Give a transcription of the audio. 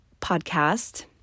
podcast